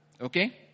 Okay